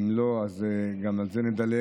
אם לא, אז גם על זה נדלג.